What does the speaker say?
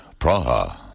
Praha